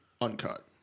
uncut